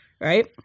Right